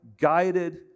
guided